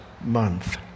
month